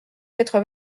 quatre